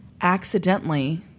accidentally